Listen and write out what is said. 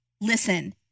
listen